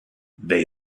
they